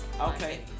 Okay